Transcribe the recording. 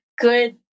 good